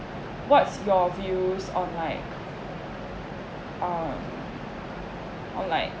what's your views on like uh on like